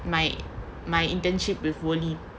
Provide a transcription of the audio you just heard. my my internship with Woolie